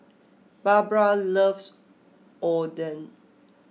Barbra loves Oden